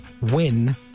WIN